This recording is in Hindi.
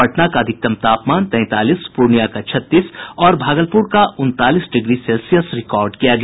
पटना का अधिकतम तापमान तैंतालीस पूर्णियां का छत्तीस और भागलपुर का उनतालीस डिग्री सेल्सियस रिकॉर्ड किया गया